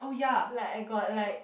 like I got like